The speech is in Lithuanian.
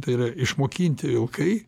tai yra išmokinti vilkai